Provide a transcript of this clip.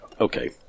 Okay